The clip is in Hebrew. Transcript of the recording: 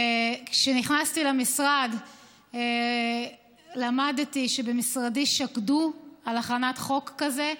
כשנכנסתי למשרד למדתי שבמשרדי שקדו על הכנת חוק כזה.